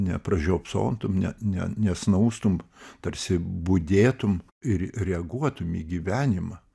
nepražiopsotum ne ne nesnaustum tarsi budėtum ir reaguotum į gyvenimą